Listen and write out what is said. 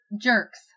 jerks